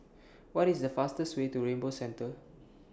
What IS The fastest Way to Rainbow Centre